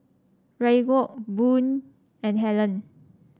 Raekwon Boone and Hellen